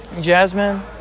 Jasmine